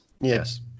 yes